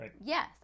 Yes